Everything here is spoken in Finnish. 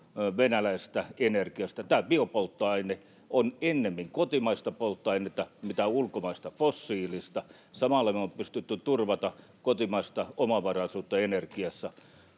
venäläisestä energiasta. Tämä biopolttoaine on ennemmin kotimaista polttoainetta kuin ulkomaista fossiilista. Samalla me olemme pystyneet turvaamaan kotimaista omavaraisuutta energiassa